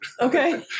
Okay